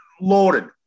loaded